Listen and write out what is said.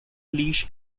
leash